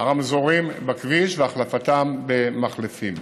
הרמזורים בכביש והחלפתם במחלפים.